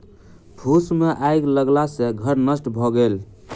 फूस मे आइग लगला सॅ घर नष्ट भ गेल